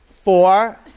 Four